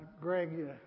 Greg